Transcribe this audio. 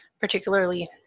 particularly